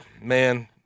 man